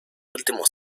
últimos